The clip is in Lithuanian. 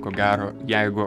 ko gero jeigu